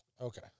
Okay